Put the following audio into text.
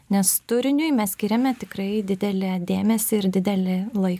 nes turiniui mes skiriame tikrai didelį dėmesį ir didelį laiką